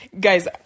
Guys